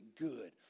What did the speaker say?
good